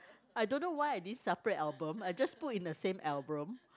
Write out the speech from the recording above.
I don't know why I didn't separate album I just put in the same album